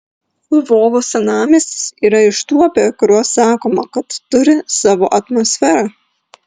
lvovo senamiestis yra iš tų apie kuriuos sakoma kad turi savo atmosferą